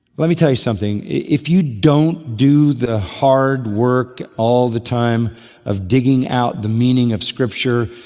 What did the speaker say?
let me tell you something. if you don't do the hard work all the time of digging out the meaning of scripture,